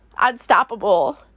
unstoppable